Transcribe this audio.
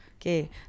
Okay